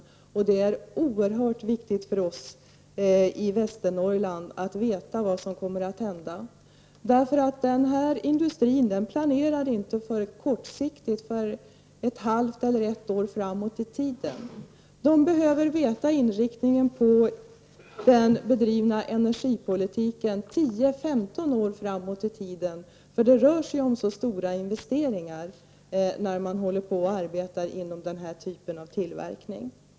Det är emellertid oerhört viktigt för oss i Västernorrland att veta vad som kommer att hända i den frågan. Den här industrin planerar inte kortsiktigt, alltså ett halvt eller ett år framåt i tiden. Företaget behöver veta inriktningen på energipolitiken 10—15 år framåt i tiden, för det rör sig om mycket stora investeringar inom den här typen av tillverkning.